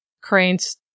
Crane's